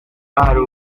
hari